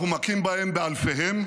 אנחנו מכים בהם באלפיהם,